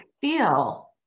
feel